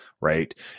right